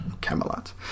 Camelot